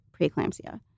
preeclampsia